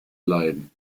leiden